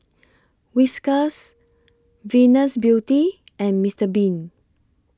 Whiskas Venus Beauty and Mister Bean